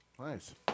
Nice